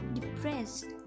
Depressed